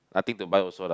nothing to buy also lah